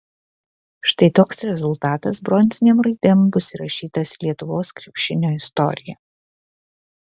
štai toks rezultatas bronzinėm raidėm bus įrašytas į lietuvos krepšinio istoriją